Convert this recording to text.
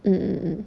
mm mm